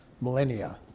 millennia